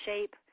Shape